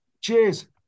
Cheers